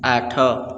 ଆଠ